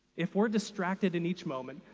if we're distracted in each moment,